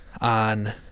on